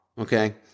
okay